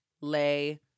lay